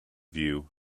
view